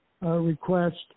request